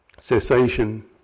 Cessation